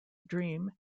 dream